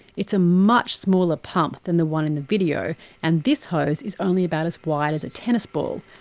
it's a much smaller pump than the one in the videos and this hose is only about as wide as a tennis ball.